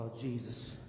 Jesus